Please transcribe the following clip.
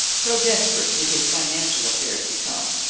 so desperate did his financial affairs become,